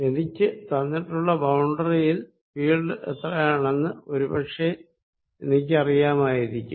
എനിക്ക് തന്നിട്ടുള്ള ബൌണ്ടറിയിൽ ഫീൽഡ് എത്രയാണെന്ന് ഒരു പക്ഷെ എനിക്കറിയാമായിരിക്കും